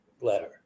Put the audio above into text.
letter